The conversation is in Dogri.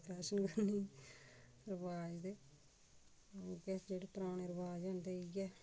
फैेशन करने ई रबाज ते जेह्ड़े पराने रवाज न ते इ'यै